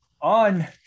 on